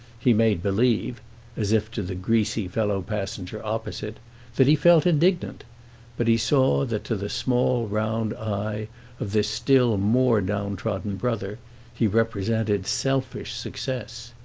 he made believe as if to the greasy fellow-passenger opposite that he felt indignant but he saw that to the small round eye of this still more downtrodden brother he represented selfish success.